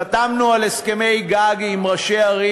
חתמנו על הסכמי-גג עם ראשי ערים,